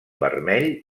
vermell